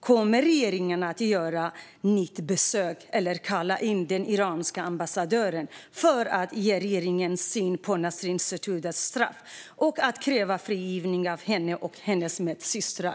Kommer regeringen att göra ett nytt besök eller kalla upp den iranska ambassadören för att ge regeringens syn på Nasrin Sotoudehs straff och kräva frigivning av henne och hennes medsystrar?